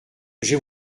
j’ai